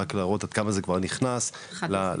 רק להראות כמה זה נכנס לעולמנו,